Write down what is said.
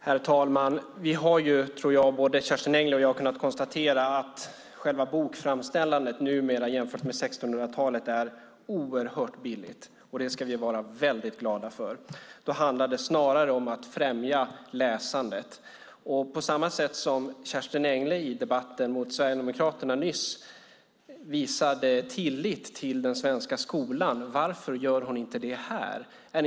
Herr talman! Vi har både Kerstin Engle och jag kunnat konstatera att själva bokframställandet numera jämfört med 1600-talet är oerhört billigt. Det ska vi vara väldigt glada för. Det handlar om snarare om att främja läsandet. Kerstin Engle visade nyss i debatten med Sverigedemokraterna tillit till den svenska skolan. Varför gör hon inte det här?